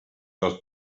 dels